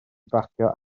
bacio